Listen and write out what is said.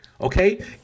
Okay